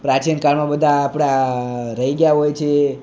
પ્રાચીન કાળમાં બધા આપણા રહી ગયા હોય છે